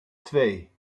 twee